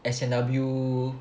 S&W